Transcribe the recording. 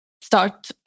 start